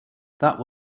that